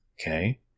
okay